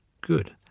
good